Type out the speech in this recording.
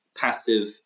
passive